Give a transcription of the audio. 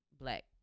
black